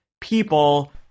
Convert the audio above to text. people